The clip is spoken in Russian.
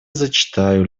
зачитаю